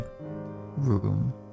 room